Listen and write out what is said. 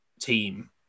team